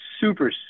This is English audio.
super